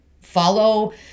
follow